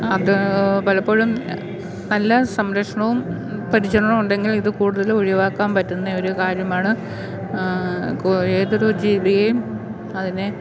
അതു പലപ്പോഴും നല്ല സംരക്ഷണവും പരിചരണവും ഉണ്ടെങ്കിൽ ഇത് കൂടുതല് ഒഴിവാക്കാം പറ്റുന്നെയൊരു കാര്യമാണ് കോഴി ഏതൊരു ജീവിയെയും അതിനെ